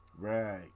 Right